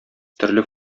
төрле